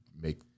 make